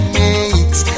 makes